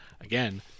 again